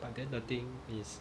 but then the thing is